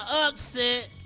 upset